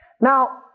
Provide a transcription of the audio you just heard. Now